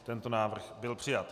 Tento návrh byl přijat.